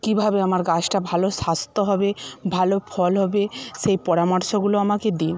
কীভাবে আমার গাছটা ভালো স্বাস্থ্য হবে ভালো ফল হবে সেই পরামর্শগুলো আমাকে দিন